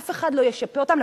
אף אחד לא ישפה אותם,